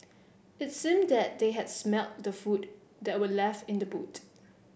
it seemed that they had smelt the food that were left in the boot